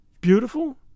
Beautiful